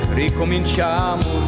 ricominciamo